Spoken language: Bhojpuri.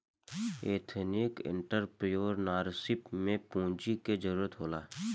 एथनिक एंटरप्रेन्योरशिप में पूंजी के जरूरत होला